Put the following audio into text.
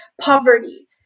poverty